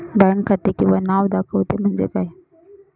Bank खाते किंवा नाव दाखवते म्हणजे काय?